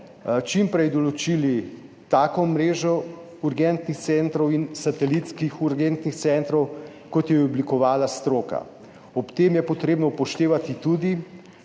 čim prej določili tako mrežo urgentnih centrov in satelitskih urgentnih centrov, kot jo je oblikovala stroka. Ob tem je potrebno upoštevati tudi